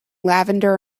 lavender